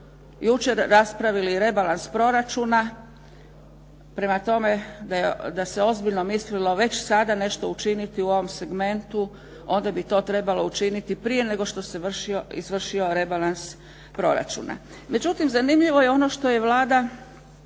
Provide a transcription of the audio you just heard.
jučer raspravili rebalans proračuna. Prema tome, da se ozbiljno mislilo već sada nešto učiniti u ovom segmentu, onda bi to trebalo učiniti prije nego što se izvršio rebalans proračuna. Međutim, zanimljivo je ono što je Vlada